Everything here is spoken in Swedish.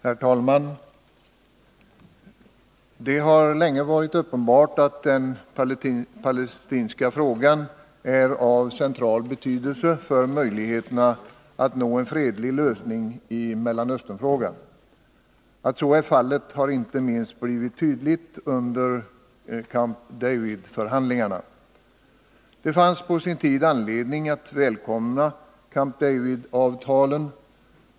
Herr talman! Det har länge varit uppenbart att den palestinska frågan är av central betydelse för möjligheterna att nå en fredlig lösning i Mellanösternfrågan. Att så är fallet har inte minst blivit tydligt under Camp Davidförhandlingarna. Det fanns på sin tid anledning att välkomna Camp David-avtalen.